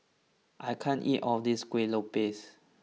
I can't eat all of this Kueh Lopes